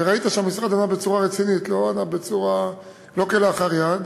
וראית שהמשרד ענה בצורה רצינית, לא ענה כלאחר יד,